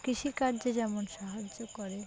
কৃষিকার্যে যেমন সাহায্য করে